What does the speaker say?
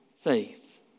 faith